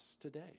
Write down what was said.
today